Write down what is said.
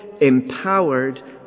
empowered